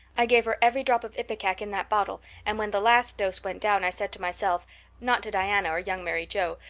i gave her every drop of ipecac in that bottle and when the last dose went down i said to myself not to diana or young mary joe,